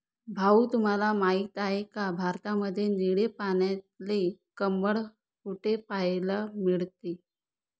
भाऊ तुम्हाला माहिती आहे का, भारतामध्ये निळे पाण्यातले कमळ कुठे पाहायला मिळते?